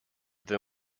than